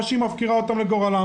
או שהיא מפקירה אותם לגורלם.